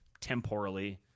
temporally